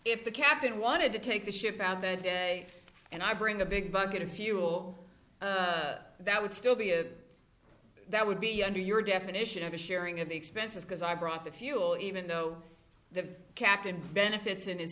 if the captain wanted to take the ship out that day and i bring a big bucket of fuel that would still be a that would be under your definition of a sharing of the expenses because i brought the fuel even though the captain benefits in his